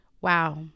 Wow